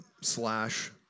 slash